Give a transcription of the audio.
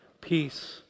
Peace